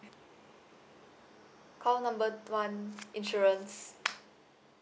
call number one insurance